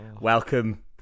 Welcome